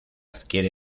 adquiere